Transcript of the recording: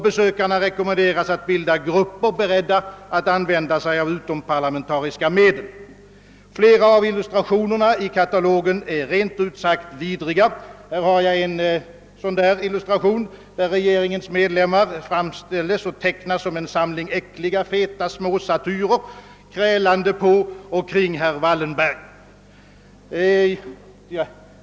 Besökarna rekommenderas att bilda grupper, beredda att använda sig av utomparlamentariska medel. Flera av illustrationerna i katalogen är rent ut sagt vidriga. Jag har här en av illustrationerna, där regeringens medlemmar framställes och tecknas som en samling äckliga, feta små satyrer, krälande på och kring herr Wallenberg.